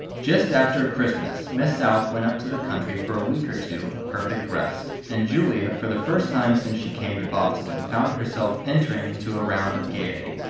just after christmas miss south went up to the country for a week or two of perfect rest, and julia for the first time since she came to boston found herself entering into a round of gaiety.